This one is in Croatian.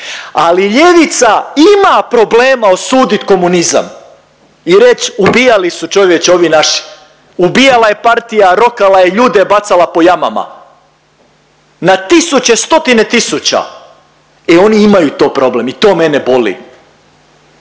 ali ljevica ima problema osudit komunizam i reć ubijali su čovječe ovi naši, ubijala je Partija, rokala je ljude, bacala po jamama. Na tisuće, stotine tisuća, e oni imaju to problem i to mene boli.